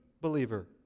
believer